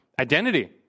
identity